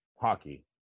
hockey